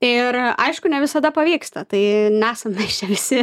ir aišku ne visada pavyksta tai nesame visi